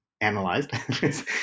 analyzed